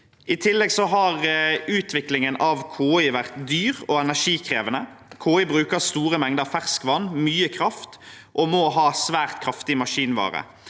I tillegg har utviklingen av KI vært dyr og energikrevende. KI bruker store mengder ferskvann og mye kraft og må ha svært kraftig maskinvare.